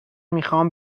میخوام